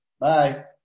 Bye